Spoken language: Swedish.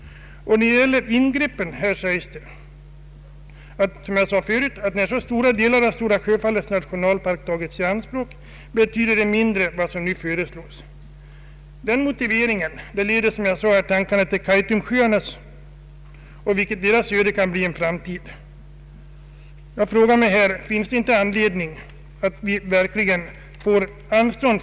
Det har också sagts förut att när så stora delar av Stora Sjöfallets nationalpark redan har tagits i anspråk, betyder det mindre vad som nu föreslås. Den motiveringen för tankarna till Kaitumsjöarna och vilket öde som kan bli deras i en framtid.